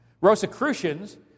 Rosicrucians